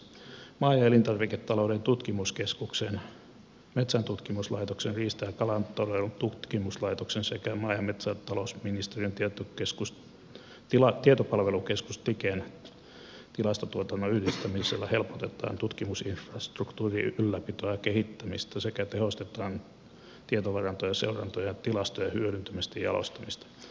maa ja elintarviketalouden tutkimuskeskuksen metsäntutkimuslaitoksen riista ja kalatalouden tutkimuslaitoksen sekä maa ja metsätalousministeriön tietopalvelukeskus tiken tilastotuotannon yhdistämisellä helpotetaan tutkimus infrastruktuurin ylläpitoa ja kehittämistä sekä tehostetaan tietovarantojen seurantaa ja tilastojen hyödyntämistä ja jalostamista